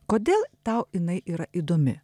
kodėl tau jinai yra įdomi